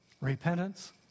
Repentance